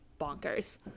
bonkers